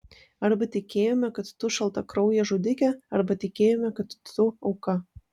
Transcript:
arba tikėjome kad tu šaltakraujė žudikė arba tikėjome kad tu auka